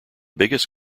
biggest